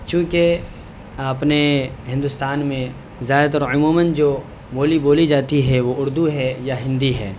چونکہ اپنے ہندوستان میں زیادہ تر عموماً جو بولی بولی جاتی ہے وہ اردو ہے یا ہندی ہے